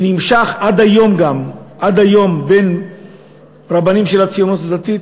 שנמשך עד היום בין רבנים של הציונות הדתית,